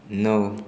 नौ